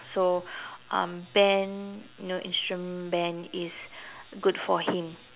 so um band you know instrument band is good for him